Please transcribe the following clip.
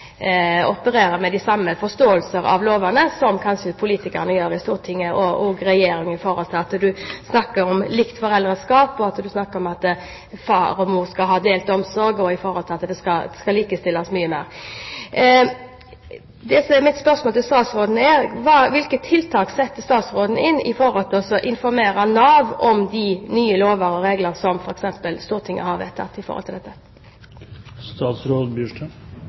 opererer med den samme forståelse av lovene som kanskje politikerne i Stortinget og Regjeringen gjør, når en snakker om likt foreldreskap, at far og mor skal ha delt omsorg, og at det skal likestilles mye mer. Mitt spørsmål til statsråden er: Hvilke tiltak setter statsråden inn for å informere Nav om de nye lover og regler som f.eks. Stortinget har vedtatt om dette? Jeg vil nøye meg med å svare at jeg forutsetter at Nav kjenner til